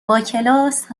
باکلاس